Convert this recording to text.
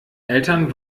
eltern